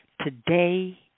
Today